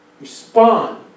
Respond